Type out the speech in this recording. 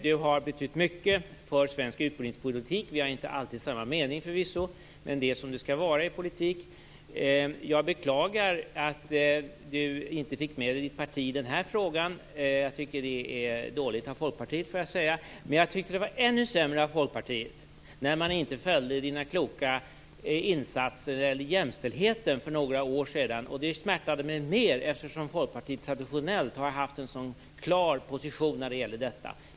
Du har betytt mycket för svensk utbildningspolitik. Vi har förvisso inte alltid haft samma mening, men det är som det skall vara i politik. Jag beklagar att du inte fick med dig ditt parti i den här frågan. Jag tycker att det är dåligt av Folkpartiet, får jag säga. Men jag tycker att det var ännu sämre av Folkpartiet när man inte följde dina kloka insatser när det gällde jämställdheten för några år sedan. Det smärtade mig mer, eftersom Folkpartiet traditionellt har haft en så klar position i frågan.